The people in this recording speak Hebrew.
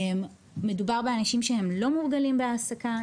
מדובר באנשים שהם לא מורגלים בהעסקה,